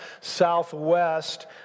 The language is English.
southwest